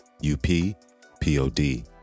u-p-p-o-d